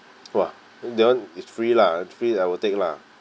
!wah! that [one] is free lah free I will take lah